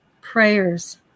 prayers